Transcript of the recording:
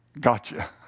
gotcha